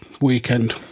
weekend